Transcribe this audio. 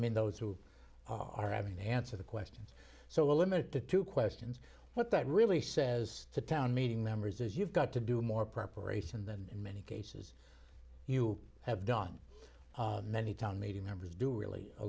mean those who are having to answer the questions so we're limited to two questions what that really says to town meeting members is you've got to do more preparation than in many cases you have done many town meeting members do really a